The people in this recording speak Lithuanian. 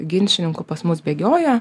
ginčininkų pas mus bėgioja